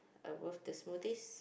above the smoothies